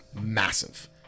massive